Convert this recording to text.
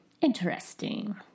Interesting